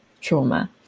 trauma